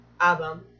album